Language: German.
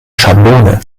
schablone